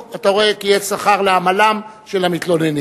נו, אתה רואה, כי יש שכר לעמלם של המתלוננים.